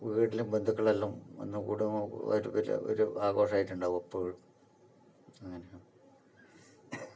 വീട്ടിൽ ബന്ധുക്കളെല്ലാം വന്നു കൂടുമ്പോൾ ഒരു ഇവർ ആഘോഷമായിട്ടുണ്ടാകും എപ്പോഴും അങ്ങനെയാണ്